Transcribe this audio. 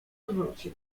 odwrócił